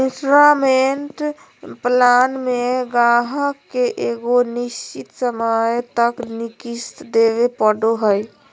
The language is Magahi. इन्सटॉलमेंट प्लान मे गाहक के एगो निश्चित समय तक किश्त देवे पड़ो हय